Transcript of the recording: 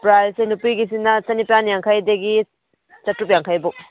ꯄ꯭ꯔꯥꯏꯁꯁꯦ ꯅꯨꯄꯤꯒꯤꯁꯤꯅ ꯆꯅꯤꯄꯥꯜ ꯌꯥꯡꯈꯩꯗꯒꯤ ꯆꯥꯇꯔꯨꯛ ꯌꯥꯡꯈꯩꯐꯥꯎ